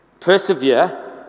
Persevere